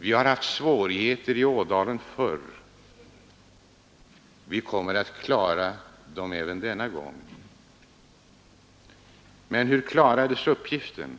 Vi har haft svårigheter förr i Ådalen. Vi kommer att klara dem även denna gång. Men hur klarades uppgiften?